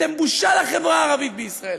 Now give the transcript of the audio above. אתם בושה לחברה הערבית בישראל.